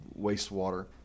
wastewater